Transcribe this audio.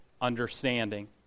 understanding